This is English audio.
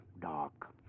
dark